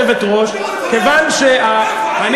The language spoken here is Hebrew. גברתי היושבת-ראש, כיוון, מאיפה עלית?